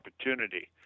opportunity